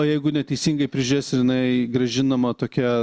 o jeigu neteisingai prižiūrėsi ir jinai grąžinama tokia